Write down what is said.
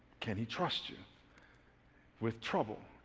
can he trust you with trouble?